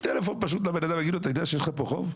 לאדם ויידע אותו שיש לו חוב,